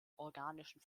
organischen